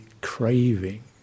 craving